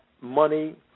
money